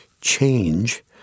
change